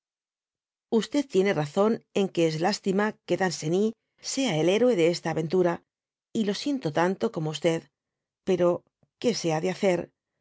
tiene razón en que es lastima que danceny sea el héroe de esta aventiu a y logiento tanto como pero qué se ha de hacer